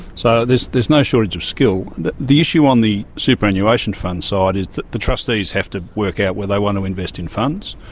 so there's no shortage of skill. the the issue on the superannuation fund side is the the trustees have to work out whether they want to invest in funds,